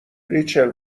ریچل